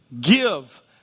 give